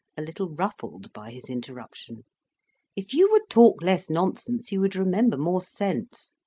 a little ruffled by his interruption if you would talk less nonsense, you would remember more sense.